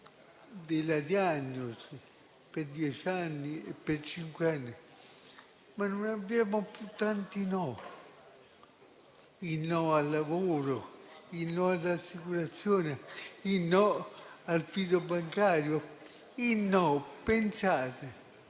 della diagnosi per dieci anni e per cinque anni, e non abbiamo più tanti no: il no al lavoro, il no all'assicurazione, il no al fido bancario, il no - pensate!